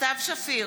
סתיו שפיר,